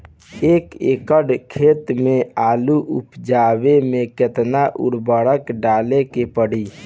एक एकड़ खेत मे आलू उपजावे मे केतना उर्वरक डाले के पड़ी?